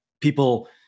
people